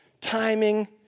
timing